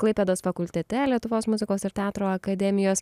klaipėdos fakultete lietuvos muzikos ir teatro akademijos